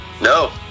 No